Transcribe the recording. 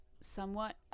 somewhat